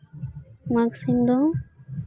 ᱢᱟᱜᱷ ᱥᱤᱢ ᱫᱚ